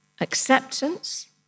acceptance